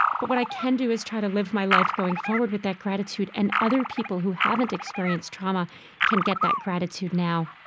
but what i can do is try to live my life going forward with that gratitude and other people who haven't experienced trauma can get that gratitude now